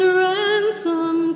ransom